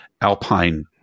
Alpine